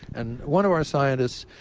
and one of our scientists,